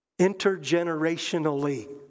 intergenerationally